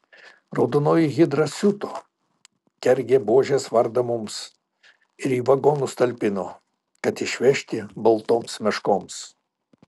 raudonoji hidra siuto kergė buožės vardą mums ir į vagonus talpino kad išvežti baltoms meškoms